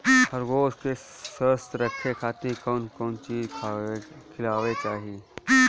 खरगोश के स्वस्थ रखे खातिर कउन कउन चिज खिआवे के चाही?